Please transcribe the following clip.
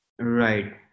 Right